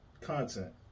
content